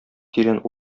тирән